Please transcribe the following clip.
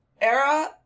era